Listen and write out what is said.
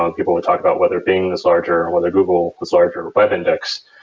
ah people would talk about whether bing was larger, whether google was larger web index.